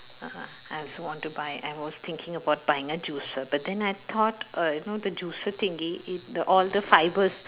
(uh huh) I also want to buy I was thinking about buying a juicer but then I thought uh you know the juicer thingy it the all the fibres